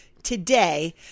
today